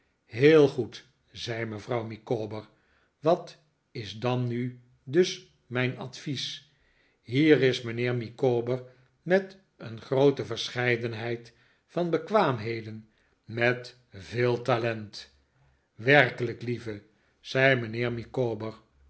heel goed zei mevrouw micawber wat is dan nu dus mijn advies hier is mijnheer micawber met een groote verscheidenheid van bekwaafnheden met veel talent werkelijk lieve zei mijnheer micawber